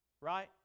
Right